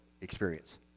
experience